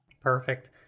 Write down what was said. Perfect